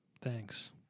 thanks